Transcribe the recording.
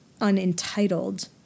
unentitled